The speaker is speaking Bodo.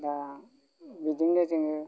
दा बिदिनो जोङो